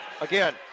Again